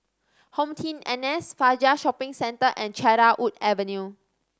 HomeTeam N S Fajar Shopping Centre and Cedarwood Avenue